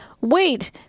wait